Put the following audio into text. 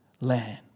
land